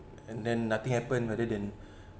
and then nothing happen rather than